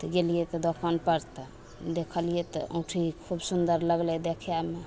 तऽ गेलियै तऽ दोकानपर तऽ देखलियै तऽ औँठी खूब सुन्दर लगलय देखयमे